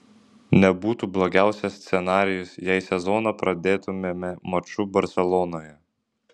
nebūtų blogiausias scenarijus jei sezoną pradėtumėme maču barselonoje